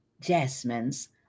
Jasmine's